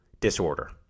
disorder